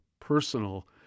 personal